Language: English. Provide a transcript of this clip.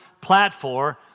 platform